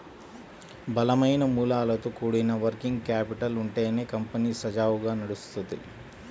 బలమైన మూలాలతో కూడిన వర్కింగ్ క్యాపిటల్ ఉంటేనే కంపెనీ సజావుగా నడుత్తది